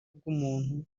bw’umuntu